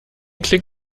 klick